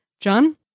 John